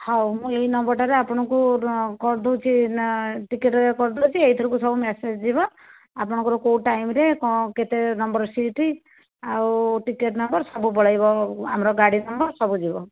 ହେଉ ମୁଁ ଏଇ ନମ୍ବର ଟା ରୁ ଆପଣଙ୍କୁ କରିଦେଉଛି ନା ଟିକେଟ କରିଦେଉଛି ଏଇଥିରୁକୁ ସବୁ ମେସେଜ ଯିବ ଆପଣ ଙ୍କର କେଉଁ ଟାଇମ ରେ କଣ କେତେ ନମ୍ବର ସିଟ ଆଉ ଟିକେଟ ନମ୍ବର ସବୁ ପଳାଇବ ଆମର ଗାଡ଼ି ନମ୍ବର ସବୁ ଯିବ